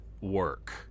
work